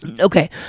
Okay